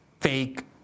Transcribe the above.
fake